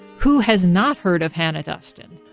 who has not heard of hannah duston?